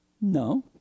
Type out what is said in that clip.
No